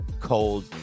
cold